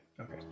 Okay